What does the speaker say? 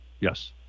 Yes